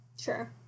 sure